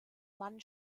mann